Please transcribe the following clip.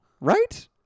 right